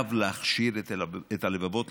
חייב להכשיר את הלבבות,